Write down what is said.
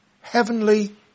heavenly